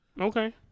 Okay